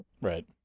Right